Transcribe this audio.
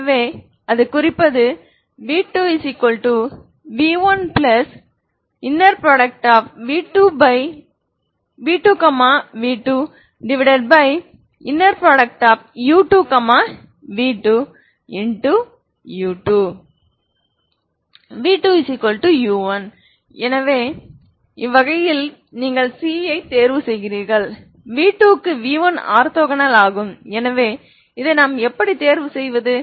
எனவே அது குறிப்பது v2v1v2 v2u2 v2 u2 v2u1 எனவே வகையில் நீங்கள் c ஐ தேர்வு செய்கிறீர்கள் v2 க்கு v1ஆர்த்தோகனல் ஆகும் எனவே இதை நான் எப்படி தேர்வு செய்வது